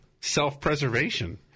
self-preservation